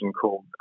called